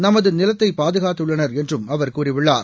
நமது நிலத்தை பாதுகாத்துள்ளனர் என்றும் அவர் கூறியுள்ளார்